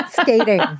Skating